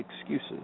excuses